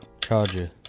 Charger